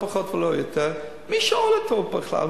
לא פחות ולא יותר: מי שואל אותו בכלל?